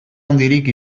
handirik